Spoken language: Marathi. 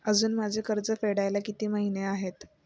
अजुन माझे कर्ज फेडायला किती महिने आहेत?